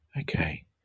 Okay